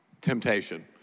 temptation